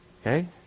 Okay